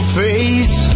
face